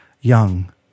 young